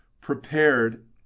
prepared